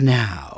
now